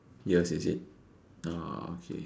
years is it orh okay